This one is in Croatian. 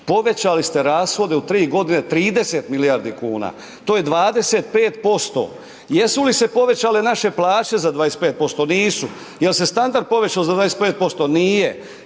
povećali ste rashode u 3.g. 30 milijardi kuna, to je 25%, jesu li se povećale naše plaće za 25%? Nisu. Jel se standard povećao za 25%? Nije.